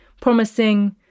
promising